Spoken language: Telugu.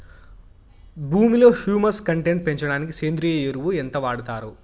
భూమిలో హ్యూమస్ కంటెంట్ పెంచడానికి సేంద్రియ ఎరువు ఎంత వాడుతారు